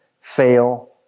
fail